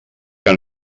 que